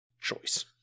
choice